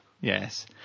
Yes